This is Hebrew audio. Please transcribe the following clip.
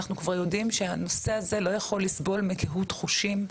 אנחנו כבר יודעים שהנושא הזה לא יכול לסבול מקהות חושים,